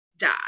die